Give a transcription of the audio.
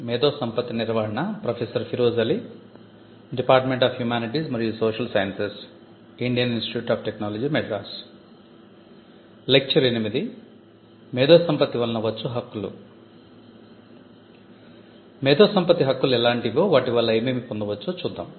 మేధో సంపత్తి హక్కులు ఎలాంటివో వాటి వల్ల ఏమేమి పొందవచ్చో చూద్దాం